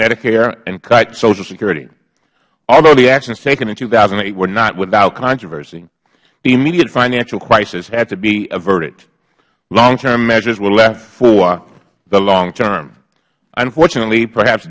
medicare and cut social security although the actions taken in two thousand and eight were not without controversy the immediate financial crisis had to be averted longterm measures were left for the long term unfortunately perhaps